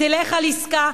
תלך על עסקה.